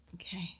Okay